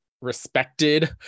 respected